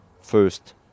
first